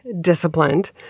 disciplined